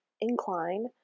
incline